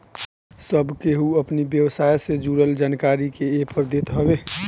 सब केहू अपनी व्यवसाय से जुड़ल जानकारी के एपर देत हवे